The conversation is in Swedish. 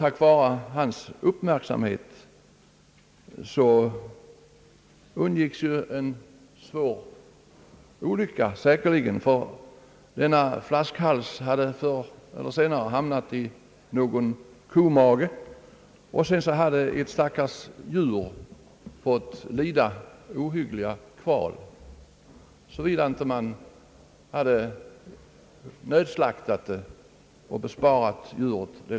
Tack vare hans uppmärksamhet undgicks en svår olyc & ka. Flaskhalsen hade annars säkerligen hamnat i någon komage, och det stackars djuret hade fått lida ohyggliga kval, såvida man inte nödslaktat det.